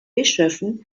bischöfen